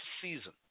season